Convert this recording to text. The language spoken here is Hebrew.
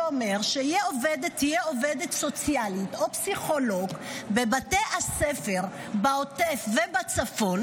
שאומר שתהיה עובדת סוציאלית או פסיכולוג בבתי הספר בעוטף ובצפון,